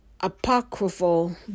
apocryphal